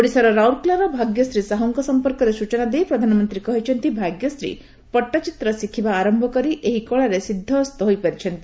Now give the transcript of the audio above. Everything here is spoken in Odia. ଓଡ଼ିଶାର ରାଉରକେଲାର ଭାଗ୍ୟଶ୍ରୀ ସାହୁଙ୍କ ସମ୍ପର୍କରେ ସ୍ବଚନା ଦେଇ ପ୍ରଧାନମନ୍ତ୍ରୀ କହିଛନ୍ତି ଭାଗ୍ୟଶ୍ରୀ ପଟ୍ଟଚିତ୍ର ଶିଖିବା ଆରମ୍ଭ କରି ଏହି କଳାରେ ସିଦ୍ଧହସ୍ତ ହୋଇପାରିଛନ୍ତି